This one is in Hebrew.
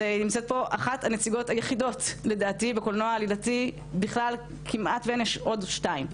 נמצאת פה אחת הנציגות היחידות לדעתי בקולנוע העלילתי יש אולי עוד שתיים,